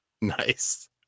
Nice